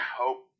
hope